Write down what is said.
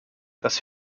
das